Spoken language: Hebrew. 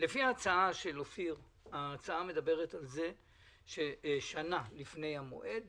ההצעה של אופיר, ההצעה מדברת על כך ששנה לפני מועד